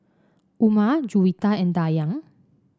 Umar Juwita and Dayang